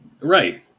Right